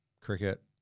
Cricket